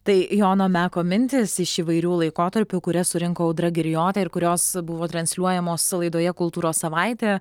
tai jono meko mintys iš įvairių laikotarpių kurias surinko audra girijotė ir kurios buvo transliuojamos laidoje kultūros savaitė